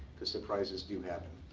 because surprises do happen.